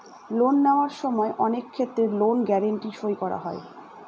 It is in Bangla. লোন নেওয়ার সময় অনেক ক্ষেত্রে লোন গ্যারান্টি সই করা হয়